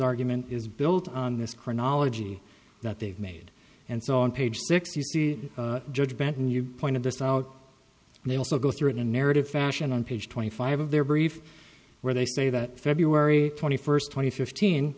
argument is built on this chronology that they've made and so on page six you see judge benton you pointed this out and they also go through the narrative fashion on page twenty five of their brief where they say that february twenty first twenty fifteen